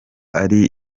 ari